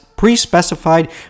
Pre-specified